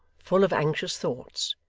full of anxious thoughts,